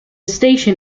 station